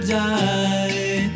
die